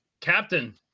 Captain